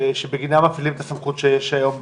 שבגינם מפעילים את הסמכות שיש היום בצו?